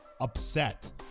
upset